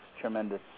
tremendous